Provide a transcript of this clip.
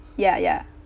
ya ya